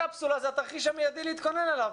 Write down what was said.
הקפסולה היא התרחיש המיידי להתכונן אליו.